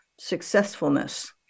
successfulness